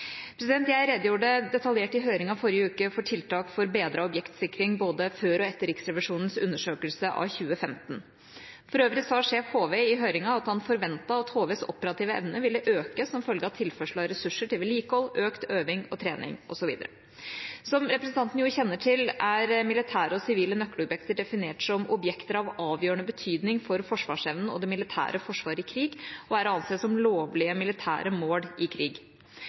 Jeg redegjorde detaljert i høringen i forrige uke for tiltak for bedret objektsikring både før og etter Riksrevisjonens undersøkelse av 2015. For øvrig sa Sjef HV i høringen at han forventet at HVs operative evne ville øke som følge av tilførsel av ressurser til vedlikehold, økt øving og trening osv. Som representanten jo kjenner til, er militære og sivile nøkkelobjekter definert som objekter av avgjørende betydning for forsvarsevnen og det militære forsvaret i krig og er å anse som lovlige militære mål i krig.